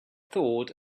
thought